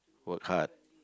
work hard